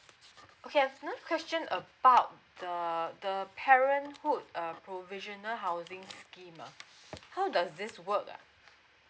okay I've another question about the the parenthood um provisional housing scheme err how does this work ah